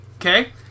Okay